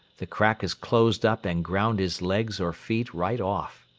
the crack has closed up and ground his legs or feet right off.